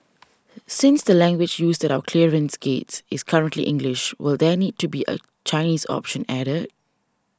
since the language used at our clearance gates is currently English will there need to be a Chinese option added